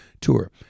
tour